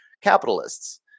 capitalists